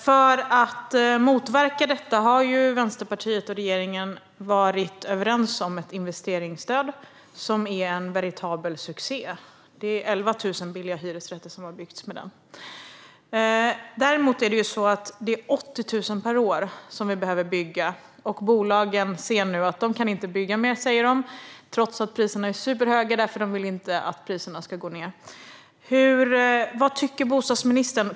För att motverka detta har Vänsterpartiet och regeringen varit överens om ett investeringsstöd som är en veritabel succé. 11 000 billiga hyresrätter har byggts med hjälp av det. Men det behöver byggas 80 000 per år. Bolagen säger nu att de inte kan bygga mer, trots att priserna är superhöga, eftersom de inte vill att priserna ska gå ned. Vad tycker bostadsministern?